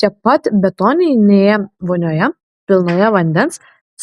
čia pat betoninėje vonioje pilnoje vandens